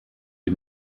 die